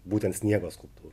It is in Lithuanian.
būtent sniego skulptūrų